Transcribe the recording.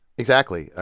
exactly. ah